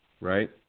right